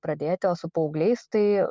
pradėti o su paaugliais tai